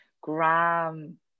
gram